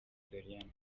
doriane